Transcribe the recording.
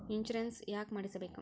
Insurance ಯಾಕ್ ಮಾಡಿಸಬೇಕು?